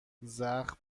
زخم